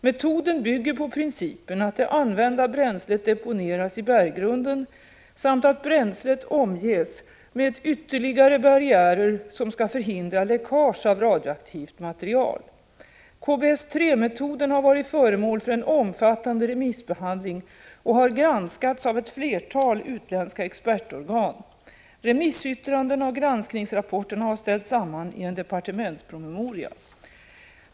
Metoden bygger på principen att det använda bränslet deponeras i berggrunden samt att bränslet omges med ytterligare barriärer som skall förhindra läckage av radioaktivt material. KBS 3-metoden har varit föremål för en omfattande remissbehandling och har granskats av ett flertal utländska expertorgan. Remissyttrandena och granskningsrapporterna har ställts samman i en departementspromemoria.